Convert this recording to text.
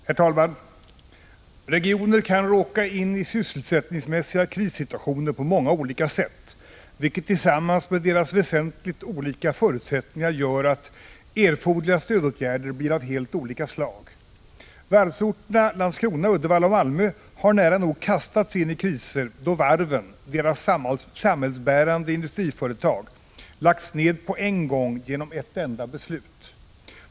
Herr talman! Regioner kan råka in i sysselsättningsmässiga krissituationer på många olika sätt, vilket tillsammans med deras väsentligt olika förutsättningar gör att erforderliga stödåtgärder blir av helt olika slag. Varvsorterna Landskrona, Uddevalla och Malmö har nära nog kastats in i kriser då varven, deras samhällsbärande industriföretag, lagts ned på en gång genom ett enda beslut.